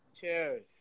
Cheers